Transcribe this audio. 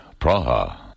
Praha